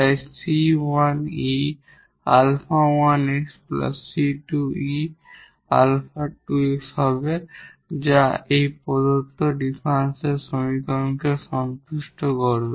তাই 𝑐1𝑒 𝛼1𝑥 𝑐2𝑒 𝛼2𝑥 হবে যা এই প্রদত্ত ডিফারেনশিয়াল সমীকরণকেও সন্তুষ্ট করবে